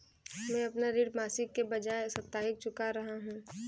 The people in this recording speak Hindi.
मैं अपना ऋण मासिक के बजाय साप्ताहिक चुका रहा हूँ